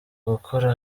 gukora